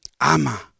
Ama